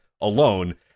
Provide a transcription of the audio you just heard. alone